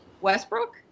westbrook